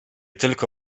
tylko